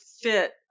fit